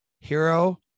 Hero